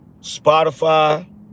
Spotify